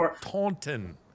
Taunton